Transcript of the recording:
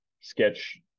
sketch